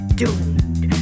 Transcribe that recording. doomed